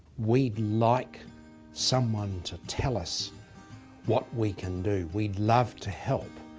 we'd like someone to tell us what we can do, we'd love to help,